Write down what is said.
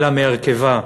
אלא מהרכבה,